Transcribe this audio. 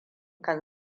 kan